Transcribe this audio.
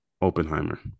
Oppenheimer